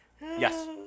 Yes